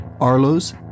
Arlo's